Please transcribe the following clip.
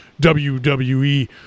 WWE